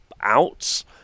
outs